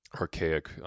Archaic